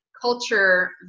culture